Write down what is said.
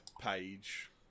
page